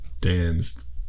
danced